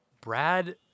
brad